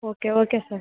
okay okay sir